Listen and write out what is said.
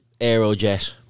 Aerojet